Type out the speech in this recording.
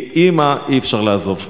כי אמא אי-אפשר לעזוב.